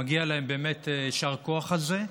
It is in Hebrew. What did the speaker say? מגיע להן באמת יישר כוח על זה.